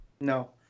No